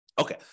Okay